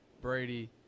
Brady